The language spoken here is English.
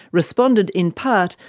responded, in part,